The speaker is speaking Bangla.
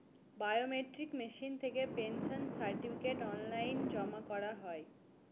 বায়মেট্রিক মেশিন থেকে পেনশন সার্টিফিকেট অনলাইন জমা করা হয়